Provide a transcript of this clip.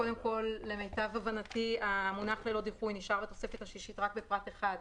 למיטב הבנתי, נשאר בתוספת השישית רק בפרט אחד,